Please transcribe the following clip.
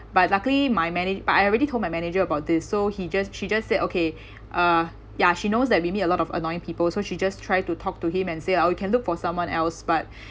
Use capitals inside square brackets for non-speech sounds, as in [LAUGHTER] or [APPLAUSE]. but luckily my mana~ but I already told my manager about this so he just she just said okay [BREATH] uh ya she knows that we meet a lot of annoying people so she just try to talk to him and say that oh you can look for someone else but [BREATH]